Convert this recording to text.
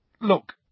Look